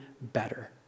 better